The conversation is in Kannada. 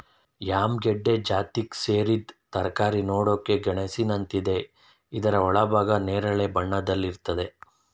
ಯಾಮ್ ಗೆಡ್ಡೆ ಜಾತಿಗ್ ಸೇರಿದ್ ತರಕಾರಿ ನೋಡಕೆ ಗೆಣಸಿನಂತಿದೆ ಇದ್ರ ಒಳಭಾಗ ನೇರಳೆ ಬಣ್ಣದಲ್ಲಿರ್ತದೆ